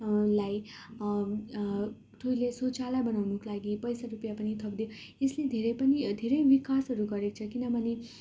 लाई टोइलेट शौचालय बनाउनुको लागि पैसा रुपियाँ पनि थपिदियो यसले धेरै पनि धेरै विकासहरू गरेको छ किनभने